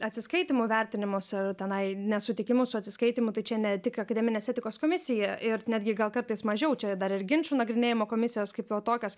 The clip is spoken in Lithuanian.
atsiskaitymų vertinimus ar tenai nesutikimus su atsiskaitymu tai čia ne tik akademinės etikos komisija ir netgi gal kartais mažiau čia dar ir ginčų nagrinėjimo komisijos kaip jau tokios